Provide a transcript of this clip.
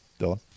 dylan